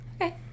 Okay